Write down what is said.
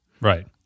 right